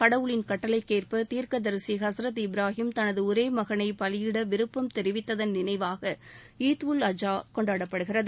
கடவுளின் கட்டளைக்கேற்ப தீர்க்கதரிசி ஹசரத் இப்ராஹிம் தனது ஒரே மகனை பலியிட விருப்பம் தெரிவித்ததன் நினைவாக ஈத் உல் அஜா கொண்டாடப்படுகிறது